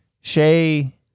Shay